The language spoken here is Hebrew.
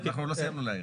אנחנו לא סיימנו להעיר.